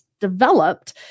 developed